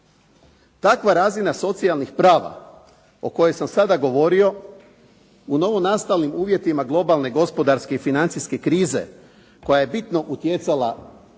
Takva razina socijalnih prava o kojoj sam sada govorio u novonastalim uvjetima globalne gospodarske i financijske krize koja je bitno utjecala na